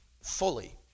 fully